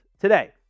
today